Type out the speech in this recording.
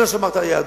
לא שמר את היהדות.